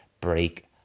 break